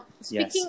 speaking